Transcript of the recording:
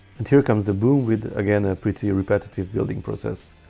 and here comes the boom with again a pretty repetitive building process,